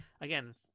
again